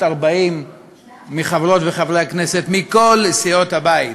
40 מחברות וחברי הכנסת מכל סיעות הבית.